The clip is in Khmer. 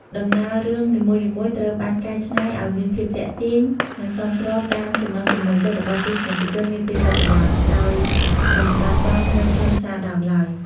ដំណើររឿងនីមួយៗត្រូវបានកែច្នៃឲ្យមានភាពទាក់ទាញ និងសមស្របតាមចំណង់ចំណូលចិត្តរបស់ទស្សនិកជននាពេលបច្ចុប្បន្ន ដោយមិនបាត់បង់នូវខ្លឹមសារដើមឡើយ។